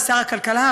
ושר הכלכלה,